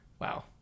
Wow